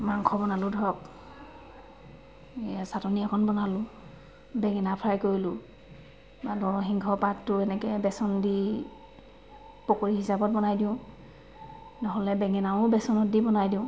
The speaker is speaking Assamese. মাংস বনালোঁ ধৰক এয়া ছাটনী অকণ বনালোঁ বেঙেনা ফ্ৰাই কৰিলোঁ বা নৰসিংহ পাতটো এনেকৈ বেচন দি পকৰী হিচাপত বনাই দিওঁ নহ'লে বেঙেনাও বেচনত দি বনাই দিওঁ